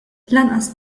lanqas